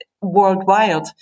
worldwide